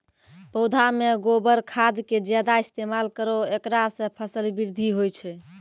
पौधा मे गोबर खाद के ज्यादा इस्तेमाल करौ ऐकरा से फसल बृद्धि होय छै?